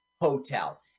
hotel